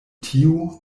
tiu